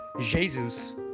Jesus